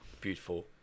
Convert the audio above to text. beautiful